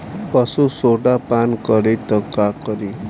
पशु सोडा पान करी त का करी?